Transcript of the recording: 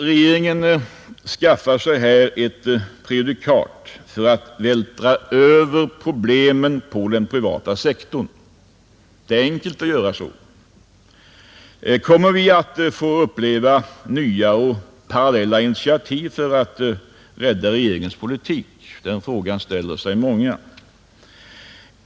Regeringen skaffar sig här ett prejudikat för att vältra över problemen på den privata sektorn. Det är enkelt att göra så. Kommer vi att få uppleva nya och parallella initiativ för att rädda regeringens politik? Den frågan ställer sig många.